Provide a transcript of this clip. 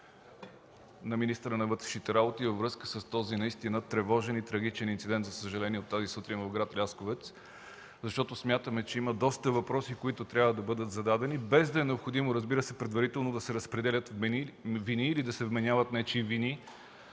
на министъра на вътрешните работи във връзка с този наистина тревожен и за съжаление трагичен инцидент от тази сутрин в град Лясковец, защото смятаме, че има доста въпроси, които трябва да бъдат зададени, без да е необходимо, разбира се, предварително да се разпределят вини или да се вменяват нечии вини.